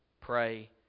pray